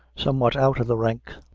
somewhat out of the ranks,